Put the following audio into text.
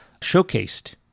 showcased